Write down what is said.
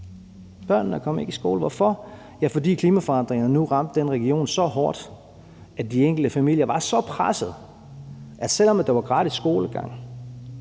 Børnene kom ikke i skole – hvorfor? Ja, fordi klimaforandringerne nu ramte den region så hårdt, at de enkelte familier var så presset, at selv om der var gratis skolegang,